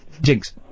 Jinx